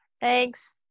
Thanks